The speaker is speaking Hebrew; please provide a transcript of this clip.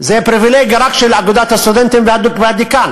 זו פריבילגיה רק של אגודת הסטודנטים והדיקן.